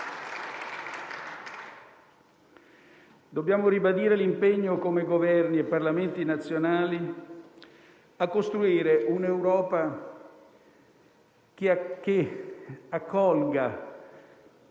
Dobbiamo ribadire l'impegno come Governi e Parlamenti nazionali a costruire un'Europa che accolga